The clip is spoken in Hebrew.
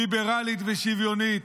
ליברלית ושוויונית,